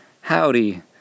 Howdy